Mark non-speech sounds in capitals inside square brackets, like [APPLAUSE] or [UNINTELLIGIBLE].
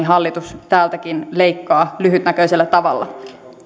[UNINTELLIGIBLE] hallitus täältäkin leikkaa lyhytnäköisellä tavalla